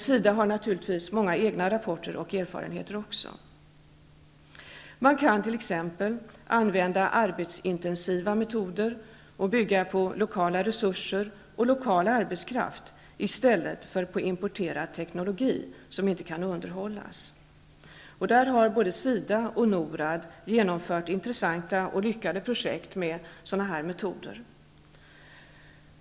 SIDA har naturligtvis också många egna rapporter och erfarenheter. Det går t.ex. att använda arbetsintensiva metoder som går ut på att utnyttja lokala resurser och lokal arbetskraft i stället för importerad teknologi -- som inte heller kan underhållas. Både SIDA och NORAD har genomfört intressanta och lyckade projekt med sådana metoder.